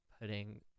putting